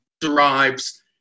derives